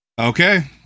Okay